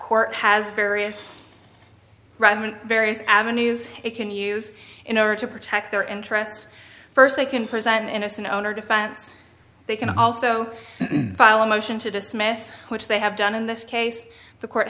court has various various avenues it can use in order to protect their interests first they can present innocent owner defense they can also file a motion to dismiss which they have done in this case the court